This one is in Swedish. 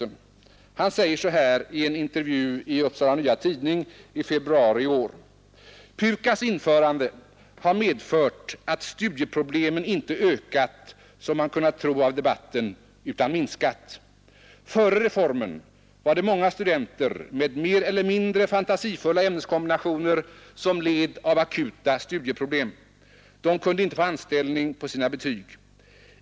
Han sade i en intervju i Upsala Nya Tidning februari i år: ”PUKAS införande har medfört att studieproblemen in ökat som man kunnat tro av debatten, utan minskat. Före reformen var det många studenter med mer eller mindre fantasifulla ämneskombinationer som led av akuta studieproblem. De kunde inte få anställning på sina betyg.